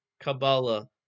kabbalah